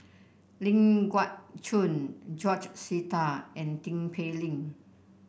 Ling Geok Choon George Sita and Tin Pei Ling